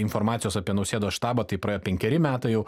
informacijos apie nausėdos štabą tai praėjo penkeri metai jau